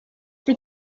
the